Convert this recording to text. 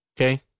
Okay